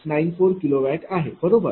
94kW आहेबरोबर